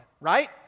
right